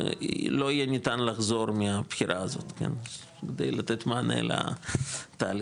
ולא יהיה ניתן לחזור מהבחירה הזאת כדי לתת מענה לתהליכים,